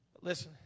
Listen